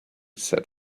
said